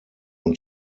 und